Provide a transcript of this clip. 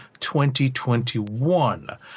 2021